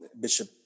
Bishop